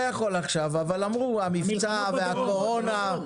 אבל אמרו המבצע והקורונה.